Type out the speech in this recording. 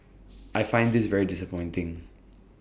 I find this very disappointing